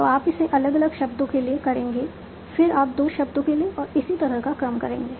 तो आप इसे अलग अलग शब्दों के लिए करेंगे फिर आप 2 शब्दों के लिए और इसी तरह का क्रम करेंगे